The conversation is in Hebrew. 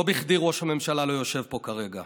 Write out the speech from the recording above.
לא בכדי ראש הממשלה לא יושב פה כרגע.